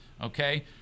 okay